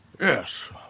Yes